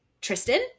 Tristan